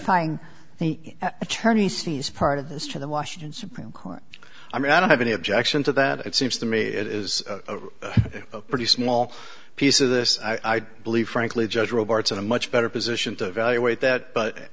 unifying attorney seems part of this to the washington supreme court i mean i don't have any objection to that it seems to me it is a pretty small piece of this i believe frankly judge roberts in a much better position to evaluate that but